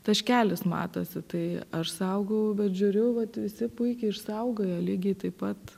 taškelis matosi tai aš saugau bet žiūriu vat visi puikiai išsaugojo lygiai taip pat